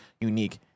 unique